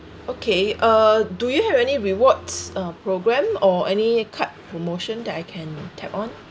okay uh do you have any rewards uh programme or any card promotion that I can tap on